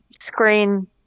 screen